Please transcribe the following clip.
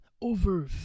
over